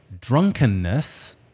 drunkenness